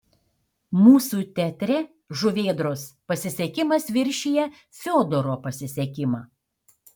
mūsų teatre žuvėdros pasisekimas viršija fiodoro pasisekimą